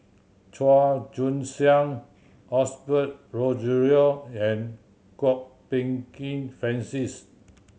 Chua Joon Siang Osbert Rozario and Kwok Peng Kin Francis